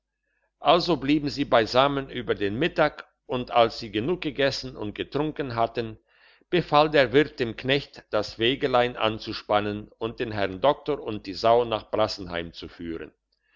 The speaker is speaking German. also blieben sie beisammen über den mittag und als sie genug gegessen und getrunken hatten befahl der wirt dem knecht das wägelein anzuspannen und den herrn doktor und die sau nach brassenheim zu führen